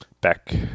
Back